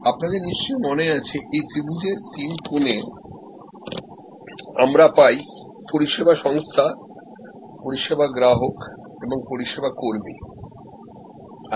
আপনাদের নিশ্চয়ই মনে আছে এই ত্রিভুজের তিন কোনে আমরা পাই পরিষেবা সংস্থা পরিষেবা গ্রাহক এবং পরিষেবা কর্মীকে